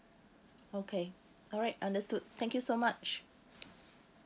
okay alright understood thank you so much